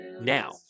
Now